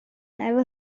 will